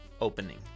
opening